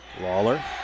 Lawler